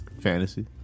Fantasy